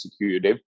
executive